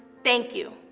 thank you.